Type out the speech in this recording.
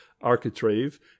architrave